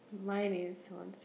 mine is one two three~